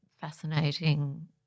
fascinating